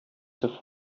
zur